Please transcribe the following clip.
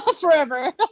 forever